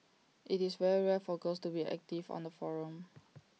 it's very rare for girls to be active on the forum